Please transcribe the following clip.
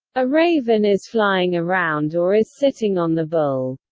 a raven is flying around or is sitting on the bull.